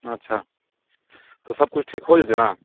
अच्छा तऽ सभ किछु ठीक हो जेतै ने